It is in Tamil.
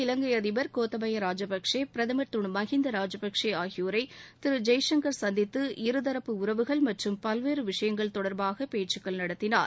இலங்கை அதிபர் கோத்தபய ராஜபக்சே பிரதமர் திரு மஹிந்த ராஜபக்சே ஆகியோரை திரு ஜெய்சங்கர் சந்தித்து இருதரப்பு உறவுகள் மற்றும் பல்வேறு விஷயங்கள் தொடர்பாக பேச்சுக்கள் நடத்தினார்